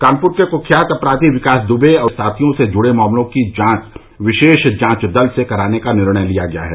कानपुर के कुख्यात अपराधी विकास दुबे और साथियों से जुड़े मामलों की जांच विशेष जांच दल से कराने का निर्णय लिया गया है